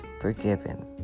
forgiven